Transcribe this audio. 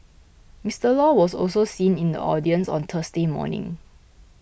Mister Law was also seen in the audience on Thursday morning